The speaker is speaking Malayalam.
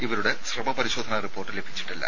ഇവരുടെ സ്രവ പരിശോധനാ റിപ്പോർട്ട് ലഭിച്ചിട്ടില്ല